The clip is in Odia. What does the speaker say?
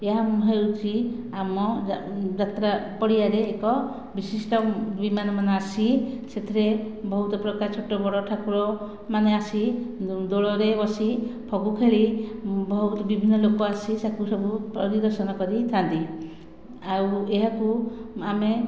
ଏହା ହେଉଛି ଆମ ଯାତ୍ରା ପଡ଼ିଆରେ ଏକ ବିଶିଷ୍ଟ ବିମାନ ମାନ ଆସି ସେଥିରେ ବହୁତ ପ୍ରକାର ଛୋଟ ବଡ଼ ଠାକୁର ମାନେ ଆସି ଦୋଳରେ ବସି ଫଗୁ ଖେଳି ବହୁତ ବିଭିନ୍ନ ଲୋକ ଆସି ତାକୁ ସବୁ ପରିଦର୍ଶନ କରିଥାଆନ୍ତି ଓ ଏହାକୁ ଆମେ